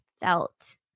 felt